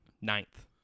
ninth